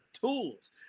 tools